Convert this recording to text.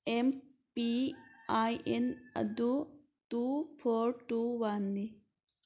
M P I N ꯑꯗꯨ two four two ꯋꯥꯟꯅꯤ